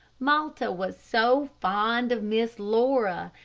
malta was so fond of miss laura,